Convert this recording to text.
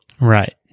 Right